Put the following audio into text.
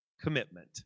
commitment